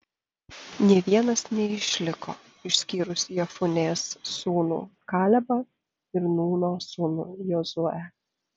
nė vienas neišliko išskyrus jefunės sūnų kalebą ir nūno sūnų jozuę